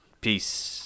Peace